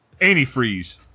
Antifreeze